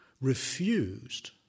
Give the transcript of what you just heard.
refused